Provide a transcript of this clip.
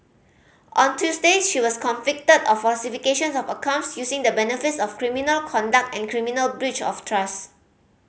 on Tuesday she was convicted of falsification of accounts using the benefits of criminal conduct and criminal breach of trust